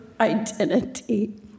identity